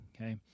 okay